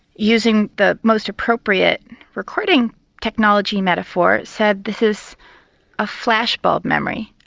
using the most appropriate recording technology metaphor said this is a flashbulb memory,